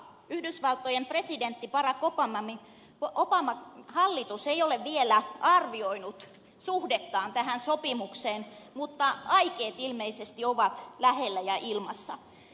yhdysvaltojen presidentti barack obaman hallitus ei ole vielä arvioinut suhdettaan tähän sopimukseen mutta aikeet ilmeisesti ovat lähellä ja ilmassa